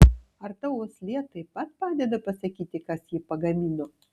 ar tau uoslė taip pat padeda pasakyti kas jį pagamino